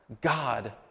God